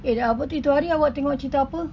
eh apa tu itu hari awak tengok cerita apa